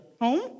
Home